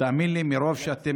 תאמין לי, מרוב שאתם